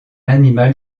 animal